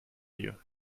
you